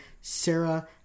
Sarah